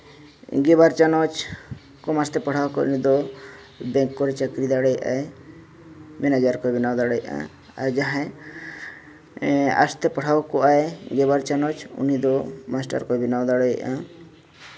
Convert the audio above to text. ᱜᱮᱞᱵᱟᱨ ᱪᱟᱱᱟᱪ ᱠᱚᱢᱟᱨᱥᱛᱮ ᱯᱟᱲᱦᱟᱣ ᱠᱚᱜᱼᱟᱭ ᱩᱱᱤᱫᱚ ᱵᱮᱝᱠ ᱠᱚᱨᱮ ᱪᱟᱹᱠᱨᱤ ᱫᱟᱲᱮᱭᱟᱜᱼᱟᱭ ᱢᱮᱱᱮᱡᱟᱨ ᱠᱚᱭ ᱵᱮᱱᱟᱣ ᱫᱟᱲᱮᱭᱟᱜᱼᱟ ᱟᱨ ᱡᱟᱦᱟᱸᱭ ᱟᱨᱥᱛᱮ ᱯᱟᱲᱦᱟᱣ ᱠᱚᱜᱼᱟᱭ ᱜᱮᱞᱵᱟᱨ ᱪᱟᱱᱟᱪ ᱩᱱᱤ ᱫᱚ ᱢᱟᱥᱴᱟᱨ ᱠᱚᱭ ᱵᱮᱱᱟᱣ ᱫᱟᱲᱮᱭᱟᱜᱼᱟ